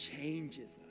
changes